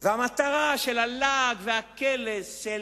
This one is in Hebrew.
והמטרה של הלעג והקלס,